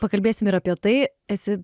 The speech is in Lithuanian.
pakalbėsim ir apie tai esi